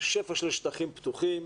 שפע של שטחים פתוחים,